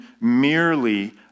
merely